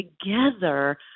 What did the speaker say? together